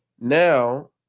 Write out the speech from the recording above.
now